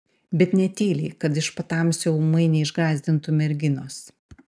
bet ne tyliai kad iš patamsio ūmai neišgąsdintų merginos